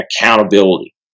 accountability